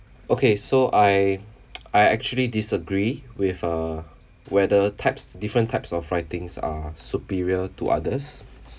okay so I I actually disagree with uh whether types different types of writings are superior to others